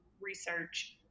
research